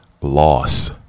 loss